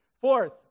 Fourth